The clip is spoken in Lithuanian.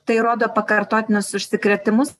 tai rodo pakartotinus užsikrėtimus